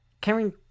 Karen